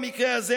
במקרה הזה,